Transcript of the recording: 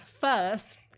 first